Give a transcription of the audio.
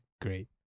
great